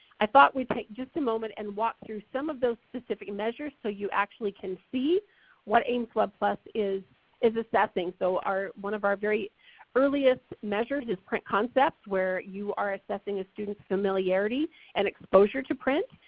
i thought we'd take just a moment and walk through some of those specific measures so you actually can see what aimswebplus is is assessing. so one of our very earliest measures is print concepts where you are assessing a student's familiarity and exposure to print.